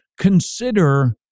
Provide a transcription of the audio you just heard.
consider